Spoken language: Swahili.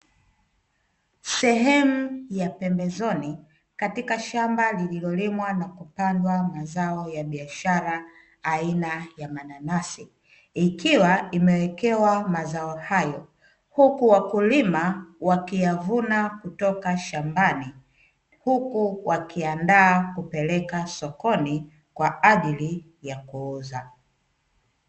Sehemu ya pembezoni katika shamba lililolimwa na kupandwa mazao ya biashara aina ya mananasi, ikiwa imewekewa mazao hayo huku wakulima wakiyavuna kutoka shambani, huku wakiandaa kupeleka sokoni kwa ajili ya kuuza.